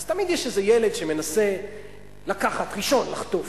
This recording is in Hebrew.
אז תמיד יש איזה ילד שמנסה לקחת ראשון, לחטוף.